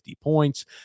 points